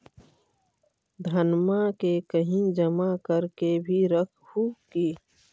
धनमा के कहिं जमा कर के भी रख हू की?